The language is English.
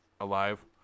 alive